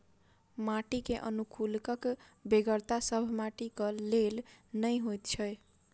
माटि अनुकुलकक बेगरता सभ माटिक लेल नै होइत छै